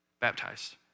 Baptized